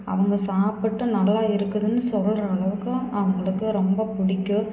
அவங்க சாப்பிட்டு நல்லா இருக்குதுன்னு சொல்கிற அளவுக்கு அவங்களுக்கு ரொம்பப் பிடிக்கும்